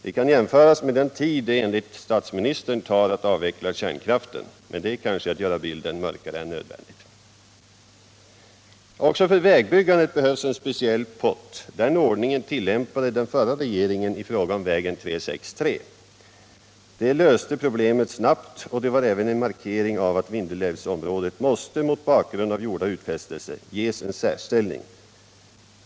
Det kan jämföras med den tid det enligt statsministern tar att avveckla kärnkraften. Men att göra den jämförelsen är kanske att göra bilden mörkare än nödvändigt. Också för vägbyggandet behövs en speciell pott. Den ordningen tilllämpade förra regeringen i fråga om väg 363. Det löste problemet snabbt, och det var även en markering av att Vindelälvsområdet måste, mot bakgrunden av gjorda utfästelser, ges en särställning.